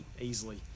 easily